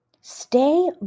Stay